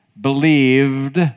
believed